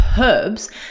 herbs